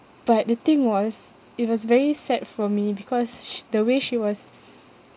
but the thing was it was very sad for me because the way she was